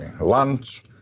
lunch